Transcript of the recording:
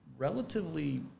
relatively